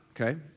okay